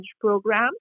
program